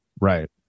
Right